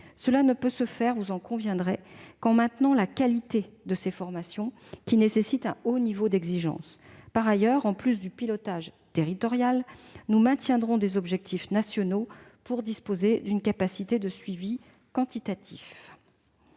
Cela ne peut se faire, vous en conviendrez, qu'en maintenant la qualité de ces formations, qui nécessitent un haut niveau d'exigence. Par ailleurs, en plus du pilotage territorial, nous maintiendrons des objectifs nationaux pour disposer d'une capacité de suivi quantitatif.